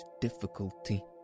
difficulty